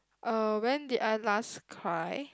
uh when did I last cry